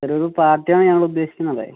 ചെറിയൊരു പാർട്ടിയാണ് ഞങ്ങൾ ഉദ്ദേശിക്കുന്നത്